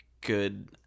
good